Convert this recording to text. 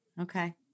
Okay